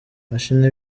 imashini